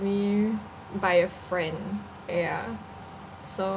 me by a friend ya so